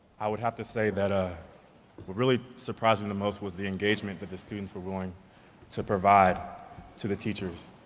i would have to say that ah what really surprised me the most was the engagement that the students were willing to provide to the teachers.